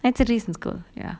that's a reason good ya